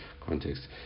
context